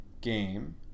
game